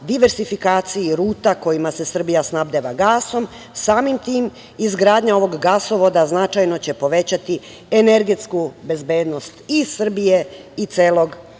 diversifikaciji ruta kojima se Srbija snabdeva gasom i samim tim, izgradnja ovog gasovoda, značajno će povećati energetsku bezbednost i Srbije i celog